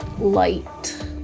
Light